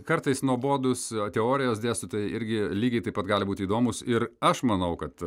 kartais nuobodūs teorijos dėstytojai irgi lygiai taip pat gali būti įdomūs ir aš manau kad